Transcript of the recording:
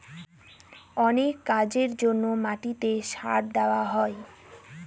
অনেক কাজের জন্য মাটিতে সার দেওয়া হয়